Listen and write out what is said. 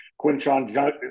Quinchon